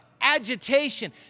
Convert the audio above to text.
agitation